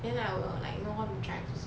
then I will like know how to drive also